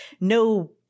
no